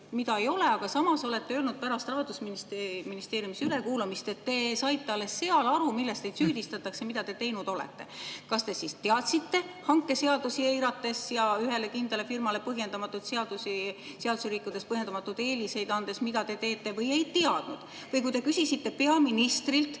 mida ei ole. Aga samas olete öelnud pärast Rahandusministeeriumis ülekuulamist, et te saite alles seal aru, milles teid süüdistatakse, mida te teinud olete. Kas te siis teadsite hankeseadusi eirates ja ühele kindlale firmale seadusi rikkudes põhjendamatuid eeliseid andes, mida te teete, või ei teadnud? Või kui te küsisite peaministrilt